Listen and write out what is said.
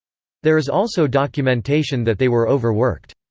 there is also documentation that they were overworked.